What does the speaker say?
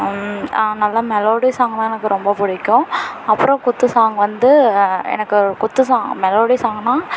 நல்லா மெலோடி சாங்கெலாம் எனக்கு ரொம்ப பிடிக்கும் அப்புறோம் குத்து சாங் வந்து எனக்கு ஒரு குத்து சாங் மெலோடி சாங்குனால்